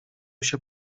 się